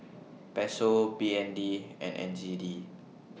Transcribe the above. Peso B N D and N Z D